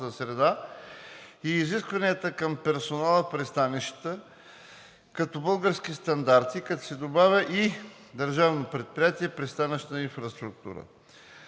среда и за изискванията към персонала в пристанищата като български стандарти, като се добавя и Държавно предприятие „Пристанищна инфраструктура“.